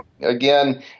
Again